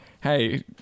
hey